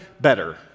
better